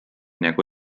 nagu